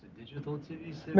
digital tv